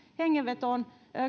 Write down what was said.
hengenvetoon